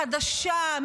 חדשה,